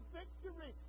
victory